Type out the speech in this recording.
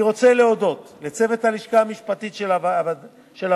אני רוצה להודות לצוות הלשכה המשפטית של הוועדה,